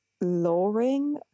luring